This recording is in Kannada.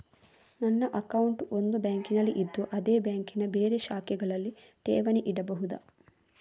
ನನ್ನ ಅಕೌಂಟ್ ಒಂದು ಬ್ಯಾಂಕಿನಲ್ಲಿ ಇದ್ದು ಅದೇ ಬ್ಯಾಂಕಿನ ಬೇರೆ ಶಾಖೆಗಳಲ್ಲಿ ಠೇವಣಿ ಇಡಬಹುದಾ?